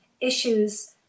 issues